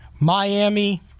Miami